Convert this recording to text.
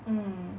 mm